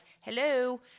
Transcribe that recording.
hello